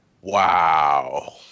Wow